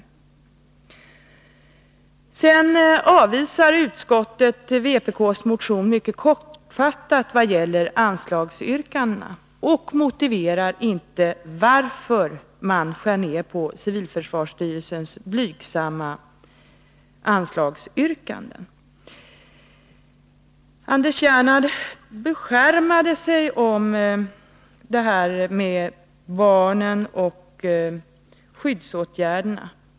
Utskottet avvisar mycket kortfattat vpk:s motion vad gäller anslagsyrkandena. Men man motiverar inte varför man skär ned på civilförsvarsstyrelsens blygsamma anslagsyrkanden. Anders Gernandt beskärmade sig över barnen, när han talade om skyddsåtgärderna.